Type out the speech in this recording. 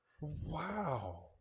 Wow